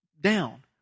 down